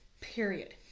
Period